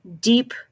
deep